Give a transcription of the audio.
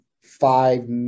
five